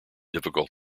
difficult